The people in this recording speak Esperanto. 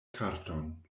karton